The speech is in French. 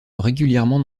régulièrement